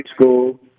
school